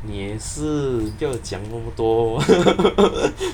你也是不要讲那么多